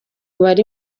bari